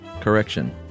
correction